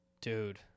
Dude